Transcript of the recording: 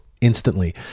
instantly